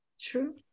True